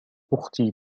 أختي